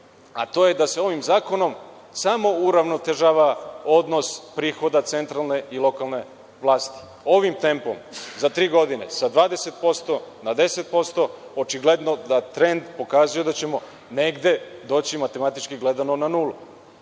a to je da se ovim zakonom samo uravnotežava odnos prihoda centralne i lokalne vlasti. Ovim tempom, za tri godine, sa 20% na 10%, očigledno da trend pokazuje da ćemo negde doći, matematički gledano, na nulu.